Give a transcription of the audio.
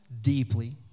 deeply